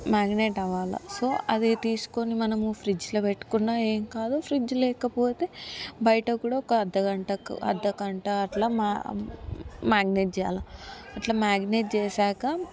marinate అవ్వాలి so అదే తీసుకొని మనము ఫ్రిడ్జ్లో పెట్టుకున్న ఏం కాదు ఫ్రిడ్జ్ లేకపోతే బయట కూడా ఒక అర్థగంటకు అర్ధ గంట అట్లా మ్యా మ్యారినేట్ చేయాలి అట్లా మ్యారినేట్ చేశాకా